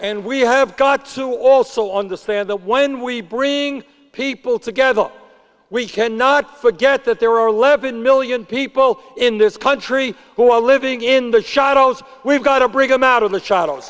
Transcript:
and we have got to also on the stand that when we bring people together we cannot forget that there are eleven million people in this country who are living in the shadows we've got to bring them out of the ch